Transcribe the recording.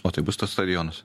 o tai bus tas stadionas